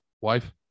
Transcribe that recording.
Wife